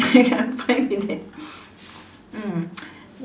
I'm okay with that mm